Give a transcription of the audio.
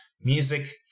music